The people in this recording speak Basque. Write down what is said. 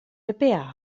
epea